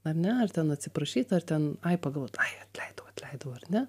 ar ne ar ten atsiprašyt ar ten ai pagalvot ai atleidau atleidau ar ne